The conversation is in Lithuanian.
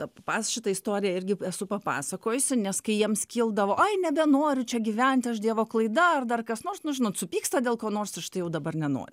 tą papas šitą istoriją irgi esu papasakojusi nes kai jiems kildavo ai nebenoriu čia gyventi aš dievo klaida ar dar kas nors nu žinot supyksta dėl ko nors ir štai jau dabar nenoriu